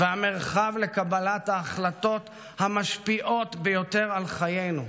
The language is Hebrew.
והמרחב לקבלת ההחלטות המשפיעות ביותר על חיינו.